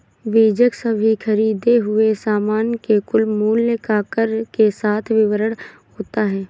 बीजक सभी खरीदें हुए सामान के कुल मूल्य का कर के साथ विवरण होता है